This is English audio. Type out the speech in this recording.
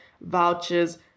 vouchers